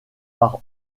par